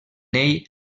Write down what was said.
ell